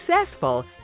successful